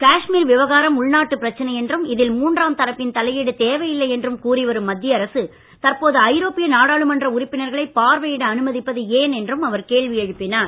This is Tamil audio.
காஷ்மீர் விவகாரம் உள்நாட்டு பிரச்சினை என்றும் இதில் மூன்றாம் தரப்பின் தலையீடு தேவையில்லை என்றும் கூறி வரும் மத்திய அரசு தற்போது ஐரோப்பிய நாடாளுமன்ற உறுப்பினர்களை பார்வையிட அனுமதிப்பது ஏன் என்றும் அவர் கேள்வி எழுப்பினார்